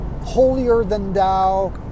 holier-than-thou